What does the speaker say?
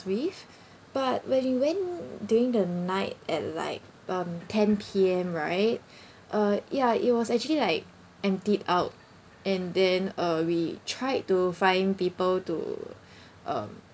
with but when we went during the night at like um ten P_M right uh ya it was actually like emptied out and then uh we tried to find people to um